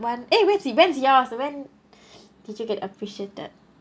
one !ay! when is when's yours when did you get appreciated